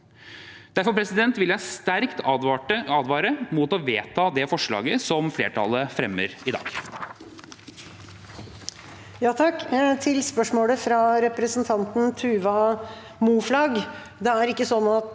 Derfor vil jeg sterkt advare mot å vedta det forslaget som flertallet fremmer i dag.